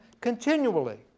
continually